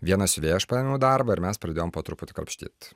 vieną siuvėją aš paėmiau į darbą ir mes pradėjom po truputį krapštyt